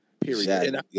Period